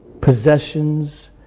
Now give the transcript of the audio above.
Possessions